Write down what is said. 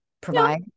provide